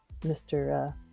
mr